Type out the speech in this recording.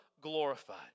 glorified